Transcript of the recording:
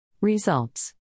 Results